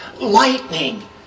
Lightning